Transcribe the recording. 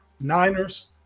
Niners